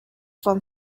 from